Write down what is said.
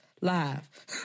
live